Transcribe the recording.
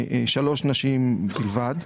שלוש נשים בלבד.